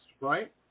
right